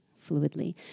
fluidly